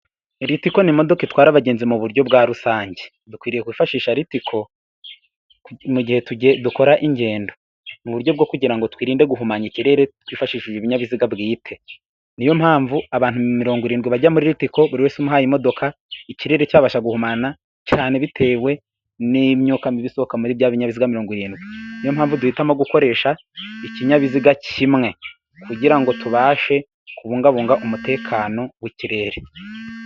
Ritico ni imodoka itwara abagenzi mu buryo bwa rusange. Dukwiriye kwifashisha ritiko mugihe dukora ingendo muburyo bwo kugirango twirinde guhumanya ikirere twifashishije ibinyabiziga bwite. Niyo mpamvu abantu mirongo irindwi bajya muri ritiko buri wese umuhaye imodoka, ikirere cyabasha guhumana cyane bitewe n'imyuka mibi isohoka muri bya binyabiziga mirongo irindwi, niyo mpamvu duhitamo gukoresha ikinyabiziga kimwe kugira ngo tubashe kubungabunga umutekano w'ikirere.